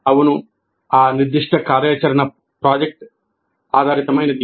అవును ఆ నిర్దిష్ట కార్యాచరణ ప్రాజెక్ట్ ఆధారితమైనది